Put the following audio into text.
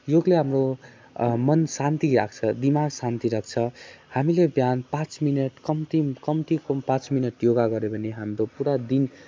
योगले हाम्रो मन शान्ति राख्छ दिमाग शान्ति राख्छ हामीले बिहान पाँच मिनट कम्ती कम्तीको पनि पाँच मिनट योगा गऱ्यो भने हाम्रो पुरा दिन